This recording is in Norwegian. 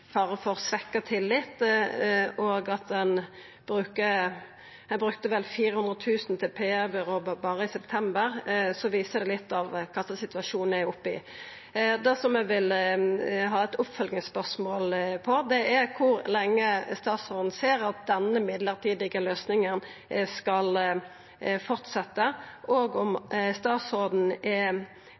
fare for svekt tillit og ein brukte vel 400 000 kr til PR-byrå berre i september, viser det litt av kva slags situasjon ein er oppe i. Det eg har eit oppfølgingsspørsmål om, er kor lenge statsråden ser at denne mellombelse løysinga skal fortsetja, og om statsråden er